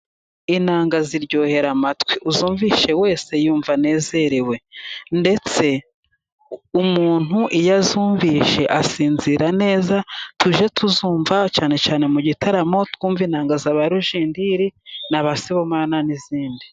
Inanga ziryohera amatwi, uzumvise wese yumva anezerewe. Ndetse umuntu iyo azumvise asinzira neza, tujye tuzumva, cyane cyane mu gitaramo twuve inanga za ba Rujindiri, na ba Sibomana, n'izindi.